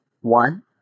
one